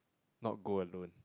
not go alone